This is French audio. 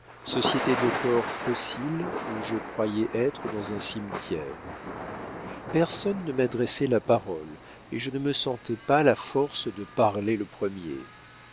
société de corps fossiles où je croyais être dans un cimetière personne ne m'adressait la parole et je ne me sentais pas la force de parler le premier